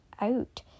out